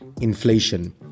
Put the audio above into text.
inflation